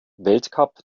weltcup